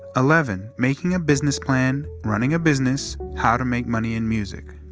eleven. making a business plan running a business how to make money in music.